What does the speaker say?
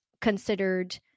considered